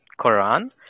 Quran